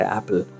Apple